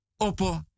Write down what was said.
opo